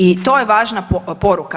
I to je važna poruka.